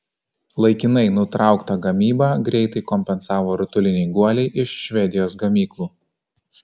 laikinai nutrauktą gamybą greitai kompensavo rutuliniai guoliai iš švedijos gamyklų